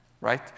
right